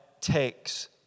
takes